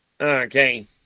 Okay